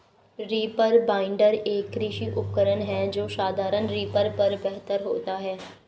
reaper binder, एक कृषि उपकरण है जो साधारण रीपर पर बेहतर होता है